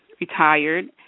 retired